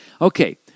Okay